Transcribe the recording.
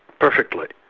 perfectly.